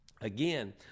Again